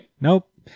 Nope